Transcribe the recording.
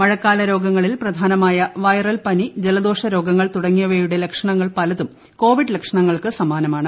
മഴക്കാല രോഗങ്ങളിൽ പ്രധാനമായ വൈറൽ പനി ജലദോഷ രോഗങ്ങൾ തുടങ്ങിയവയുടെ ലക്ഷണങ്ങൾ പലതും കോവിഡ് ലക്ഷണങ്ങൾക്ക് സമാനമാണ്